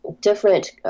different